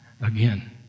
again